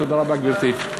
תודה רבה, גברתי.